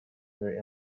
their